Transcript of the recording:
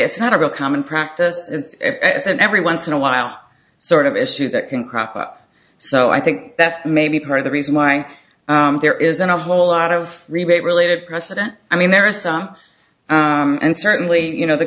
it's not a common practice and it's an every once in awhile sort of issue that can crop up so i think that maybe part of the reason why there isn't a whole lot of rebate related precedent i mean there are some and certainly you know the